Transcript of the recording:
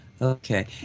Okay